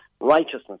righteousness